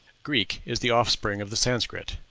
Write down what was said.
greek is the offspring of the sanscrit.